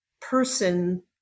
person